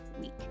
week